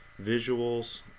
visuals